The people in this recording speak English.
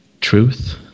truth